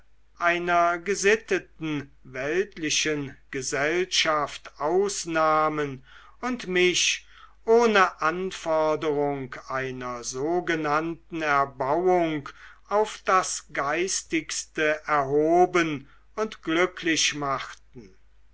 einer gesitteten weltlichen gesellschaft ausnahmen und mich ohne anforderung einer sogenannten erbauung auf das geistigste erhoben und glücklich machten